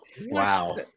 Wow